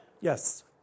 Yes